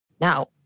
Now